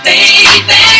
Baby